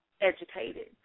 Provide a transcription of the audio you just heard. educated